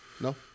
No